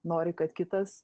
nori kad kitas